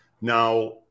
Now